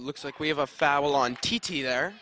looks like we have a foul on t t there